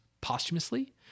posthumously